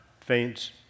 faints